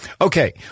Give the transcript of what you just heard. Okay